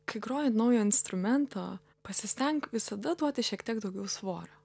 kai groji ant naujo instrumento pasistenk visada duoti šiek tiek daugiau svorio